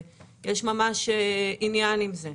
יש ממש עניין עם זה,